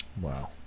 Wow